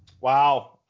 Wow